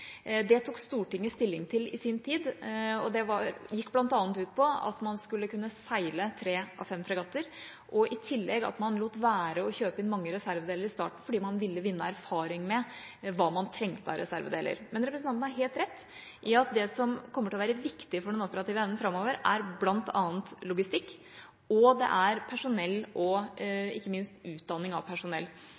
Det tok Stortinget stilling til i sin tid, og det gikk bl.a. ut på at man skulle kunne seile tre av fem fregatter, og at man i tillegg lot være å kjøpe inn mange reservedeler i starten, fordi man ville vinne erfaring med hva man trengte av reservedeler. Men representanten har helt rett i at det som kommer til å være viktig for den operative evnen framover, er bl.a. logistikk og personell – ikke minst utdanning av personell.